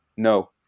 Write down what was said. no